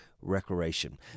recreation